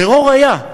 טרור היה,